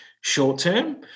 short-term